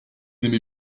aimez